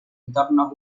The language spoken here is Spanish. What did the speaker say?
entornos